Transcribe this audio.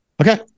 Okay